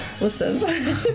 Listen